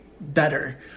better